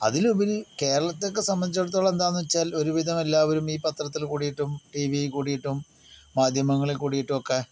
അതിലുപരി കേരളത്തിൽ ഒക്കെ സംബന്ധിച്ചിടത്തോളം എന്താന്ന് വെച്ചാൽ ഒരു വിധം എല്ലാവരും ഈ പത്രത്തിൽ കൂടിയിട്ടും ടീവിയിൽ കൂടിയിട്ടും മാധ്യമങ്ങളിൽ കൂടിയിട്ടും ഒക്കെ